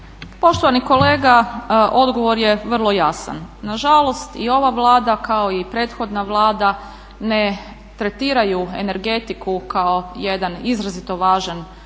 Poštovani kolega odgovor je vrlo jasan. Nažalost, i ova Vlada kao i prethodna Vlada ne tretiraju energetiku kao jedan izrazito važan